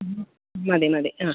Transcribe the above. മതി മതി ആ